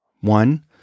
One